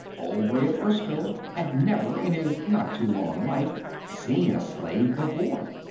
obray of erskyll had never, in his not-too-long life, seen a slave before.